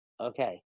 Okay